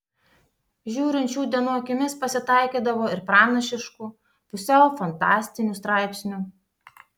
žiūrint šių dienų akimis pasitaikydavo ir pranašiškų pusiau fantastinių straipsnių